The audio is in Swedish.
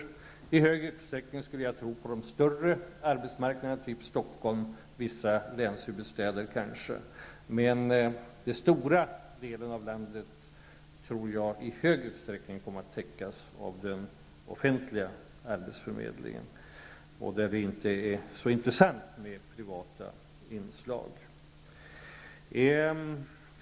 Det kommer i stor utsträckning att ske på de större arbetsmarknaderna, t.ex. i Stockholm och kanske i vissa länshuvudstäder. Jag tror dock att den stora delen av landet kommer att i hög grad täckas av den offentliga arbetsförmedlingen, bl.a. områden där det inte är så intressant med privata inslag.